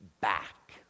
back